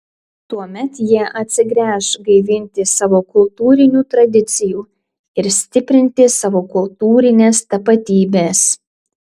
tuomet jie atsigręš gaivinti savo kultūrinių tradicijų ir stiprinti savo kultūrinės tapatybės